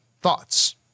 thoughts